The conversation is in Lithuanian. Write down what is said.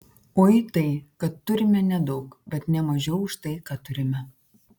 ui tai kad turime nedaug bet ne mažiau už tai ką turime